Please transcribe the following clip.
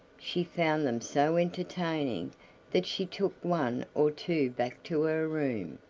she found them so entertaining that she took one or two back to her room,